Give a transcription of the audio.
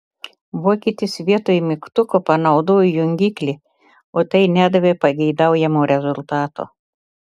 vokietis vietoj mygtuko panaudojo jungiklį o tai nedavė pageidaujamo rezultato